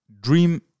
Dream